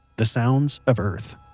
the sounds of earth.